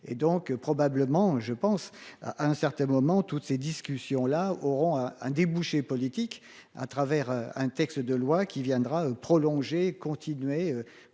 et donc probablement je pense à un certain moment, toutes ces discussions-là auront un débouché politique à travers un texte de loi qui viendra prolonger continuer,